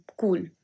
cool